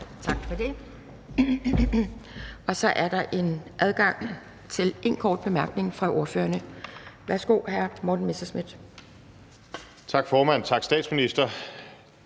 Tak for det. Så er der adgang til én kort bemærkning fra ordførerne. Værsgo til hr. Morten Messerschmidt. Kl. 10:09 Morten Messerschmidt